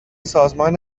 سازمان